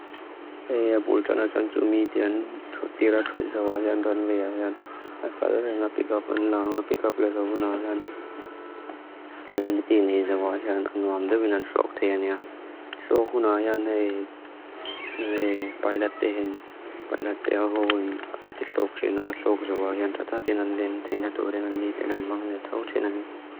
Hei a búl txana txan tsu mí tian txu tira txu tisa wá hiyan ran vea hiyan, a kára ra nga píkáp unla, nga píkáp leza wá hiyan stabilitíni hii za wá hiyan anuandu vinan txók téa niya. Txók wá hiyan e bailát dehín, bailát dehá hówin an tixók txina txók zá wá hiyan txatá vínan len téa nátu orin an ní ténan mán lé txá wá txéna niya.